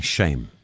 Shame